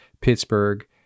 Pittsburgh